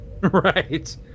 Right